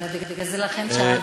ובגלל זה שאלתי.